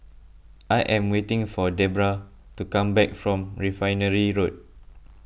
I am waiting for Debrah to come back from Refinery Road